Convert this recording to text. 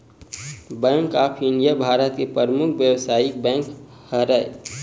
bank of India Bharat के परमुख बेवसायिक बेंक हरय